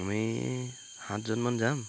আমি সাতজনমান যাম